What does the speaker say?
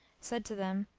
said to them,